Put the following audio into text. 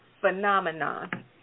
phenomenon